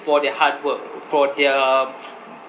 for their hard work for their